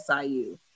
SIU